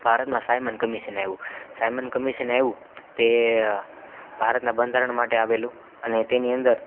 ભારતમાં Simon commission આવ્યું Simon commission આવ્યું તે ભારતના બંધારણ માટે આવેલું અને તેની અંદર